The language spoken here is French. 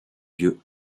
dieu